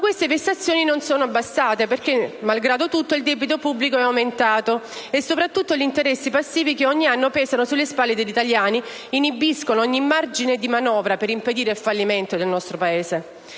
queste vessazioni non sono bastate, perché, malgrado tutto, il debito pubblico è aumentato, come anche gli interessi passivi, che ogni hanno pesano sulle spalle degli italiani e inibiscono ogni margine di manovra per impedire il fallimento del Paese.